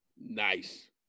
Nice